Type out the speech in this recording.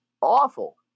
awful